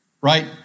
right